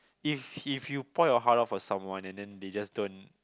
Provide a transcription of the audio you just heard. if if you point your heart off someone and then they just don't